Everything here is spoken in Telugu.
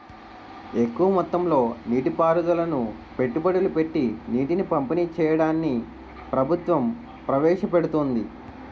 ఎక్కువ మొత్తంలో నీటి పారుదలను పెట్టుబడులు పెట్టీ నీటిని పంపిణీ చెయ్యడాన్ని ప్రభుత్వం ప్రవేశపెడుతోంది